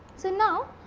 so, now,